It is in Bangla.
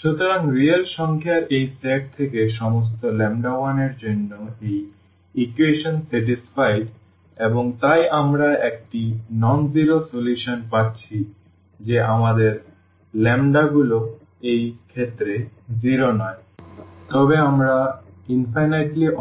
সুতরাং রিয়েল সংখ্যার এই সেট থেকে সমস্ত 1 এর জন্য এই ইকুয়েশন সন্তুষ্ট এবং তাই আমরা একটি অশূন্য সমাধান পাচ্ছি যে আমাদের s গুলি এই ক্ষেত্রে শূন্য নয় তবে তারা আমরা অসীম